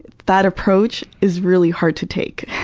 that approach is really hard to take.